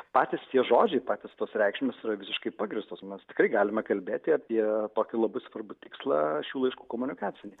patys tie žodžiai patys tos reikšmės yra visiškai pagrįstos mes tikrai galime kalbėti apie tokį labai svarbų tikslą šių laiškų komunikacinį